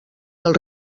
del